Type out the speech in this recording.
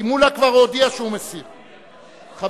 מולה כבר הודיע שהוא מסיר, שבו,